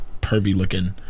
pervy-looking